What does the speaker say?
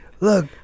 Look